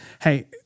hey